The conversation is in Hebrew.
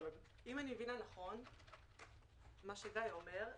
אם אני מבינה נכון את מה שגיא אומר,